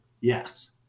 Yes